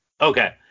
Okay